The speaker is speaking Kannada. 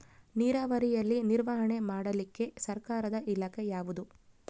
ನೇರಾವರಿಯಲ್ಲಿ ನಿರ್ವಹಣೆ ಮಾಡಲಿಕ್ಕೆ ಸರ್ಕಾರದ ಇಲಾಖೆ ಯಾವುದು?